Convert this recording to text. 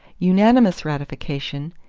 unanimous ratification,